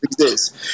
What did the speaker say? exist